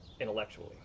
intellectually